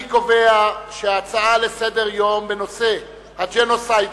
אני קובע שההצעה לסדר-היום בנושא הג'נוסייד